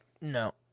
No